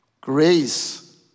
grace